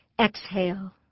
Exhale